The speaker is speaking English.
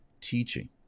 teaching